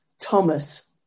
Thomas